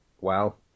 Well